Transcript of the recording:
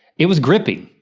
it was gripping.